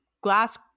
glass